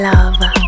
Love